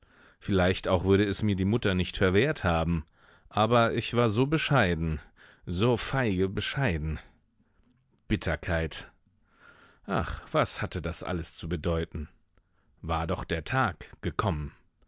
vielleicht auch würde es mir die mutter nicht verwehrt haben aber ich war so bescheiden so feige bescheiden bitterkeit ach was hatte das alles zu bedeuten war doch der tag gekommen